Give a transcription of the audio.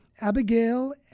Abigail